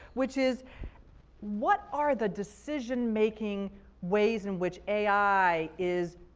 which is what are the decision making ways in which ai is,